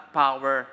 power